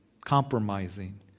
compromising